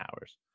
hours